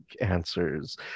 answers